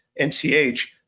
NCH